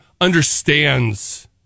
understands